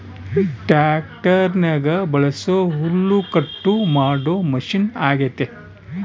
ಟ್ಯಾಕ್ಟರ್ನಗ ಬಳಸೊ ಹುಲ್ಲುಕಟ್ಟು ಮಾಡೊ ಮಷಿನ ಅಗ್ಯತೆ